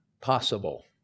possible